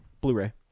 Blu-ray